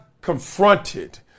confronted